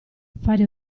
fare